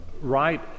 right